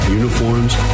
uniforms